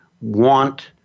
want